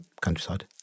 countryside